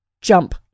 Jump